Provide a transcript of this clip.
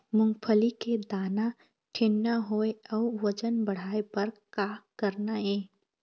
मूंगफली के दाना ठीन्ना होय अउ वजन बढ़ाय बर का करना ये?